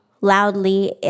loudly